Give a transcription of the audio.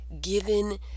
given